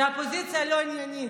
לא עניינית.